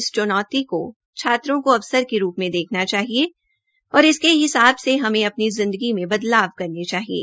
इस चुनौती को विद्यार्थियों को अवसर के रूप में देखना चाहिए और इसके हिसाब से हमें अपनी जिंदगी में बदलाव करने पड़ेंगे